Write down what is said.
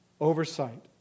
oversight